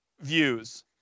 views